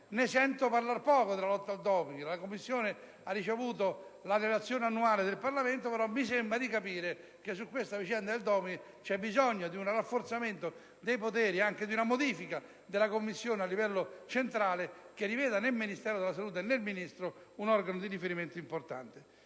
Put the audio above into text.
cui sento parlare poco. La Commissione ha ricevuto la relazione annuale al Parlamento, ma mi sembra di capire che su questa vicenda vi sia bisogno di un rafforzamento dei poteri ed anche di una modifica della Commissione a livello centrale che riveda nel Dicastero della salute e nel Ministro organi di riferimento importanti.